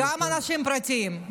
גם אנשים פרטיים,